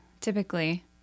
Typically